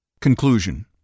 Conclusion